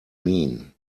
mean